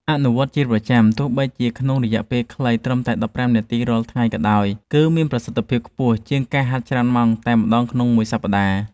អនុវត្តជាប្រចាំទោះបីជាក្នុងរយៈពេលខ្លីត្រឹមតែដប់ប្រាំនាទីរាល់ថ្ងៃក៏ដោយ គឺមានប្រសិទ្ធភាពខ្ពស់ជាងការហាត់ច្រើនម៉ោងតែម្តងក្នុងមួយសប្តាហ៍។